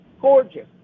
gorgeous